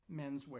menswear